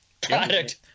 Product